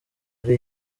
ari